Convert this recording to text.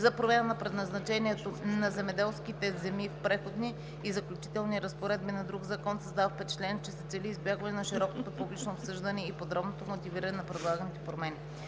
за промяна на предназначението на земеделските земи в Преходни и заключителни разпоредби на друг закон създава впечатление, че се цели избягване на широкото публично обсъждане и подробното мотивиране на предлаганите промени.